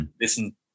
Listen